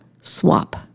swap